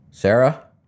Sarah